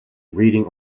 reading